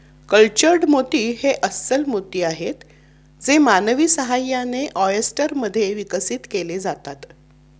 cultured मोती हे अस्स्ल मोती आहेत जे मानवी सहाय्याने, ऑयस्टर मध्ये विकसित केले जातात